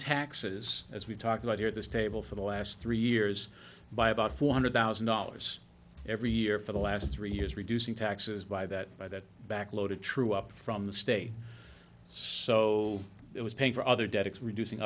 taxes as we've talked about here at this table for the last three years by about four hundred thousand dollars every year for the last three years reducing taxes by that by that backloaded true up from the state so it was paying for other debts reducing